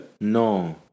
No